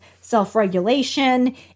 self-regulation